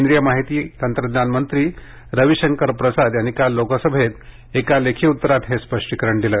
केंद्रीय माहिती तंत्रज्ञान मंत्री रवी शंकर प्रसाद यांनी काल लोकसभेत एका लेखी उत्तरात हे स्पष्टीकरण दिले